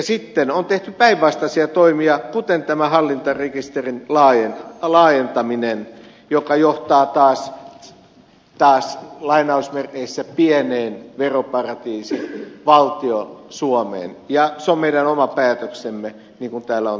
sitten on tehty päinvastaisia toimia kuten tämä hallintarekisterin laajentaminen joka johtaa taas lainausmerkeissä pieneen veroparatiisivaltioon suomeen ja se on meidän oma päätöksemme niin kuin täällä on todettu